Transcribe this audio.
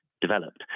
developed